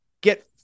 Get